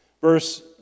Verse